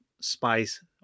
spice